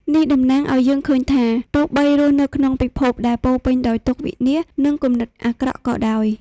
នេះតំណាងឲ្យយើងឃើញថា ទោះបីរស់នៅក្នុងពិភពដែលពោរពេញដោយទុក្ខ វិនាស និងគំនិតអាក្រក់ក៏ដោយ។